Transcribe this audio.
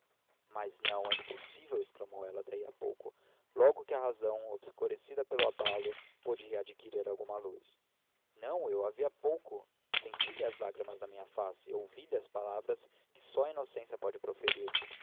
mas não é impossível exclamou ela daí a pouco logo que a razão obscurecida pelo abalo pôde readquirir alguma luz não eu a vi há pouco senti lhe as lágrimas na minha face ouvi-lhe palavras que só a inocência pode proferir